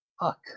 Fuck